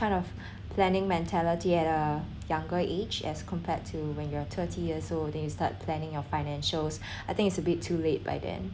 kind of planning mentality at a younger age as compared to when you're thirty years old then you start planning your financials I think it's a bit too late by then